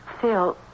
Phil